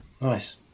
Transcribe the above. nice